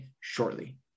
shortly